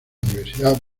universidad